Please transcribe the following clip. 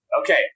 Okay